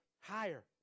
Higher